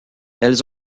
elles